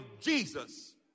Jesus